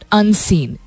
unseen